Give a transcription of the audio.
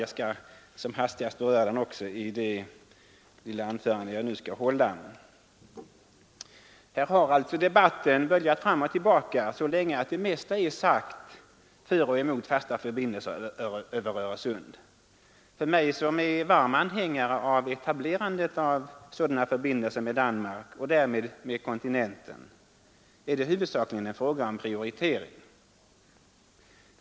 Jag skall som hastigast beröra den också i det anförande jag nu skall hålla. Här har nu debatten böljat fram och tillbaka så länge att det mesta är sagt för och emot fasta förbindelser över Öresund. För mig, som är varm anhängare av etablerandet av sådana förbindelser med Danmark och därmed med kontinenten är det huvudsakligen en fråga om prioritering.